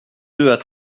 deux